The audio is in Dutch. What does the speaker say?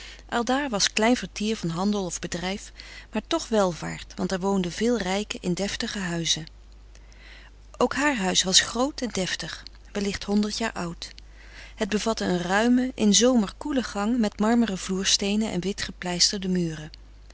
aldaar was klein vertier van handel of bedrijf maar toch welvaart want er woonden veel rijken in deftige huizen ook haar huis was groot en deftig wellicht honderd jaar oud het bevatte een ruime in zomer koele gang met marmeren vloersteenen en witgepleisterde muren